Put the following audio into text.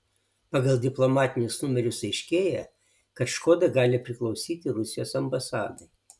pagal diplomatinius numerius aiškėja kad škoda gali priklausyti rusijos ambasadai